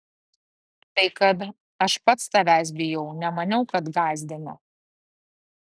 tai kad aš pats tavęs bijau nemaniau kad gąsdinu